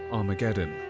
armageddon.